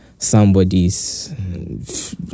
somebody's